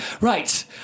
Right